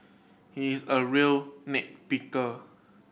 he is a real nit picker